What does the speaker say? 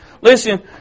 Listen